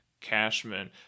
Cashman